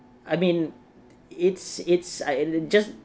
I mean it's it's I just